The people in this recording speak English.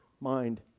mind